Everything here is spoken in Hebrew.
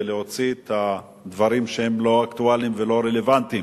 ומוציא את הדברים שהם לא אקטואליים ולא רלוונטיים.